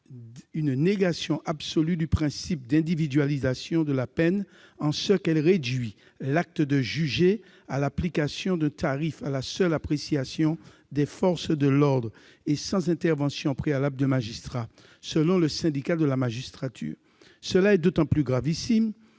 une négation absolue du principe d'individualisation de la peine, en ce qu'elle réduit l'acte de juger à l'application de tarifs à la seule appréciation des forces de l'ordre, sans intervention préalable de magistrats. Selon le Syndicat de la magistrature, c'est d'autant plus grave